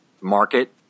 market